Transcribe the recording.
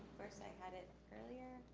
first i had it earlier,